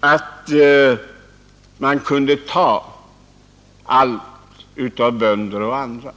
att man kunde ta all mark från bönderna och allmogen.